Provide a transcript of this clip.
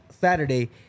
Saturday